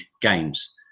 games